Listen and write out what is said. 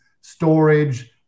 storage